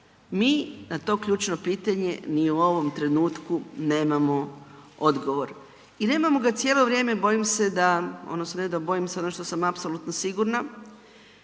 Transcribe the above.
Mi na to ključno pitanje ni u ovom trenutku nemamo odgovor i nemamo ga cijelo vrijeme, bojim se da, ono …/Govornik se ne razumije/…bojim se ono što sam apsolutno sigurna,